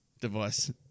device